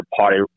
party